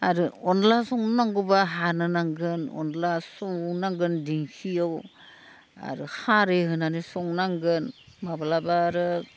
आरो अनला संनो नांगौबा हानो नांगोन अनद्ला सौनो नांगोन दिंखिआव आरो खारै होनानै संनो नांगोन माब्लाबा आरो